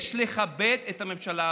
תודה.